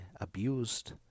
abused